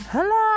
Hello